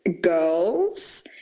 girls